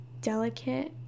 delicate